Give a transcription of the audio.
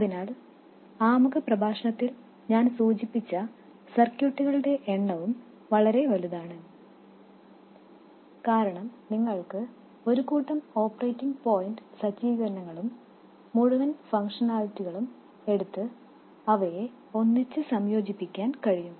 അതിനാൽ ആമുഖ പ്രഭാഷണത്തിൽ ഞാൻ സൂചിപ്പിച്ച സർക്യൂട്ടുകളുടെ എണ്ണവും വളരെ വലുതാണ് കാരണം നിങ്ങൾക്ക് ഒരു കൂട്ടം ഓപ്പറേറ്റിംഗ് പോയിന്റ് സജ്ജീകരണങ്ങളും മുഴുവൻ ഫംഗ്ഷനാലിറ്റികളും എടുത്ത് അവയെ ഒന്നിച്ച് സംയോജിപ്പിക്കാൻ കഴിയും